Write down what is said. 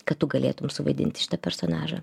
kad tu galėtum suvaidinti šitą personažą